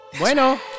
bueno